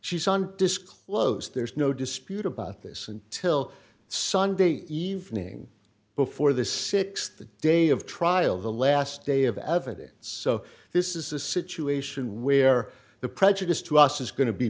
she's on disclosed there's no dispute about this until sunday evening before the th the day of trial the last day of evidence so this is a situation where the prejudice to us is going to be